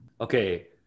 Okay